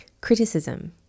Criticism